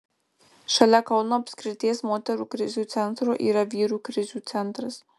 šalia kauno apskrities moterų krizių centro yra vyrų krizių centras